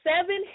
seven